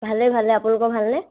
ভালেই ভালেই আপোনালোকৰ ভালনে